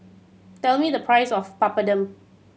tell me the price of Papadum